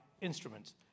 instruments